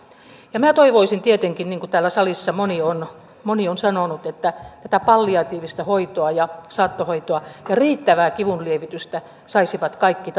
minä toivoisin tietenkin niin kuin täällä salissa moni on moni on sanonut että tätä palliatiivista hoitoa ja saattohoitoa ja riittävää kivunlievitystä saisivat kaikki